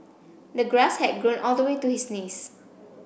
the grass had grown all the way to his knees